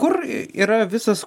kur yra visas